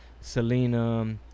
Selena